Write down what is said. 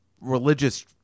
religious